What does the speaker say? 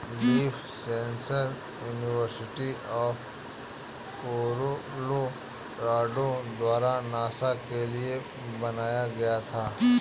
leaf sensor university of Colorado द्वारा NASA के लिए बनाया गया था